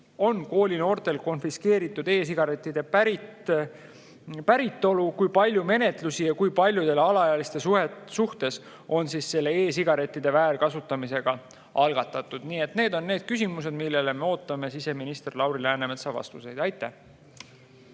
on koolinoortelt konfiskeeritud e‑sigaretid pärit olnud? Kui palju menetlusi ja kui paljude alaealiste suhtes on e‑sigarettide väärkasutamisega seoses algatatud? Need on küsimused, millele me ootame siseminister Lauri Läänemetsa vastuseid. Aitäh!